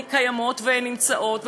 קיימות ונמצאות?